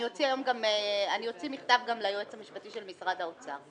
אני אוציא היום מכתב ליועץ המשפטי של משרד האוצר.